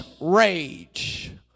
rage